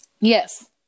Yes